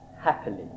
happily